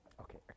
Okay